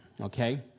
okay